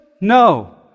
No